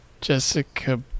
Jessica